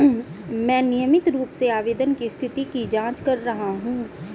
मैं नियमित रूप से आवेदन की स्थिति की जाँच कर रहा हूँ